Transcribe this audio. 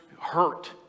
hurt